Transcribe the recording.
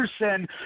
Anderson